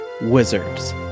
wizards